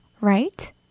right